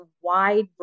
wide